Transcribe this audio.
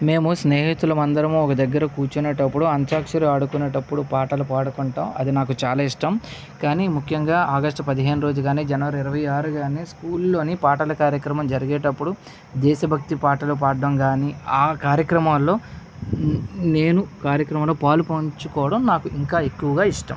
మేము స్నేహితులమందరము ఒకదగ్గర కూర్చునేటప్పుడు అంత్యాక్షరి ఆడుకునేటప్పుడు పాటలు పాడుకుంటాము అది నాకు చాలా ఇష్టం కానీ ముఖ్యంగా ఆగస్టు పదిహేను రోజు కానీ జనవరి ఇరవై ఆరు కానీ స్కూల్లోని పాటల కార్యక్రమం జరిగేటప్పుడు దేశభక్తి పాటలు పాడటం కానీ ఆ కార్యక్రమంలో నేను కార్యక్రమంలో పాలుపంచుకోవడం నాకు ఇంకా ఎక్కువగా ఇష్టం